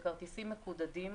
אלה כרטיסים מקודדים,